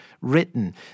written